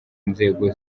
inzego